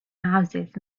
houses